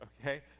okay